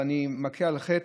ואני מכה על חטא,